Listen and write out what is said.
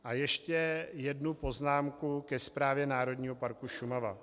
A ještě jednu poznámku ke Správě Národního parku Šumava.